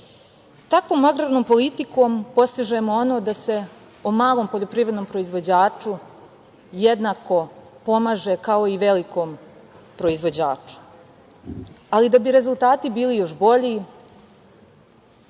Takvom agrarnom politikom postižemo ono da se o malom poljoprivrednom proizvođaču jednako pomaže kao i velikom proizvođaču. Ali, da bi rezultati bili još bolji